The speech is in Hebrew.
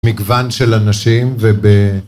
מגוון של אנשים וב...